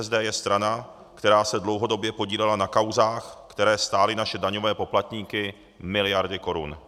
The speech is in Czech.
ČSSD je strana, která se dlouhodobě podílela na kauzách, které stály naše daňové poplatníky miliardy korun.